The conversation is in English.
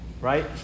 right